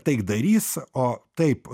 taikdarys o taip